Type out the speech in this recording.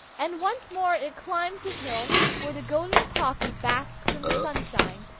and once more it climbs the hill where the golden poppy basks in the sunshine,